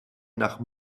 nach